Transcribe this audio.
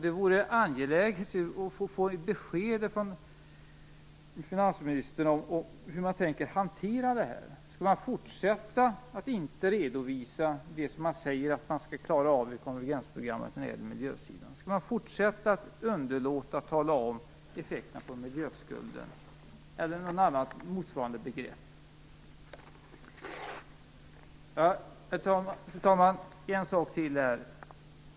Det vore angeläget att få ett besked av finansministern om hur man tänker hantera detta. Skall man fortsätta att inte redovisa det som man i konvergensprogrammet säger att man skall klara av när det gäller miljön? Skall man också i fortsättningen underlåta att tala om miljöskulden eller något annat motsvarande begrepp? Fru talman!